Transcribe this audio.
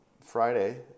Friday